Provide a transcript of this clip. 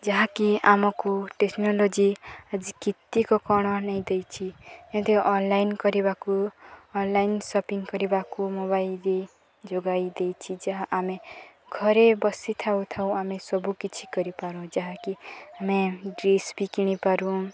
ଯାହାକି ଆମକୁ ଟେକ୍ନୋଲୋଜି ଆଜି କେତେ କ'ଣ ଆଣି ଦେଇଛି ଯେମିତି ଅନଲାଇନ୍ କରିବାକୁ ଅନଲାଇନ୍ ସପିଂ କରିବାକୁ ମୋବାଇଲରେ ଯୋଗାଇ ଦେଇଛି ଯାହା ଆମେ ଘରେ ବସି ଥାଉ ଥାଉ ଆମେ ସବୁ କିଛି କରିପାରୁ ଯାହାକି ଆମେ ଡ୍ରେସ୍ ବି କିଣିପାରୁ